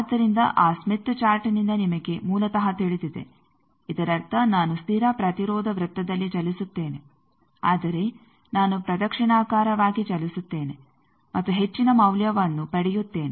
ಆದ್ದರಿಂದ ಆ ಸ್ಮಿತ್ ಚಾರ್ಟ್ನಿಂದ ನಿಮಗೆ ಮೂಲತಃ ತಿಳಿದಿದೆ ಇದರರ್ಥ ನಾನು ಸ್ಥಿರ ಪ್ರತಿರೋಧ ವೃತ್ತದಲ್ಲಿ ಚಲಿಸುತ್ತೇನೆ ಆದರೆ ನಾನು ಪ್ರದಕ್ಷಿಣಾಕಾರವಾಗಿ ಚಲಿಸುತ್ತೇನೆ ಮತ್ತು ಹೆಚ್ಚಿನ ಮೌಲ್ಯವನ್ನು ಪಡೆಯುತ್ತೇನೆ